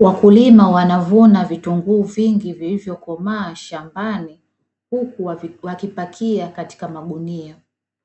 Wakulima wanavuna vitunguu vingi vilivyokomaa shambani huku wakivipakia katika magunia